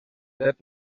let